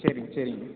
சரிங்க சரிங்